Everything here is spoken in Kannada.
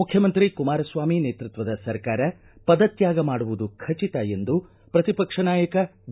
ಮುಖ್ಯಮಂತ್ರಿ ಕುಮಾರಸ್ವಾಮಿ ನೇತೃತ್ವದ ಸರ್ಕಾರ ಪದ ತ್ವಾಗ ಮಾಡುವುದು ಖಚಿತ ಎಂದು ಪ್ರತಿಪಕ್ಷ ನಾಯಕ ಬಿ